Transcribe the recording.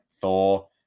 Thor